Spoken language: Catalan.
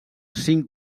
cinc